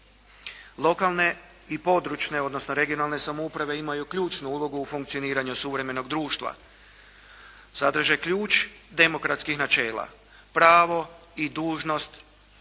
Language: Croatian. Lokalne i područne, odnosno regionalne samouprave imaju ključnu ulogu u funkcioniranju suvremenog društva. Sadrže ključ demokratskih načela. Pravo i dužnost građana